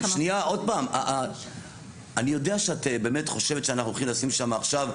אנחנו בטח --- אני יודע שאת באמת חושבת שאנחנו הולכים לשים שם עכשיו,